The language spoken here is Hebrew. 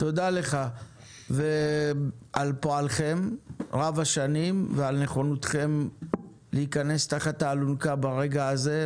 תודה על פועלכם רב-השנים ועל נכונותכם להיכנס תחת האלונקה ברגע הזה,